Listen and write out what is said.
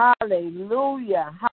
Hallelujah